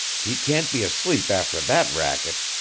he can't be asleep after that racket.